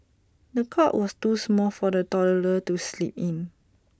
the cot was too small for the toddler to sleep in